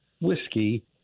whiskey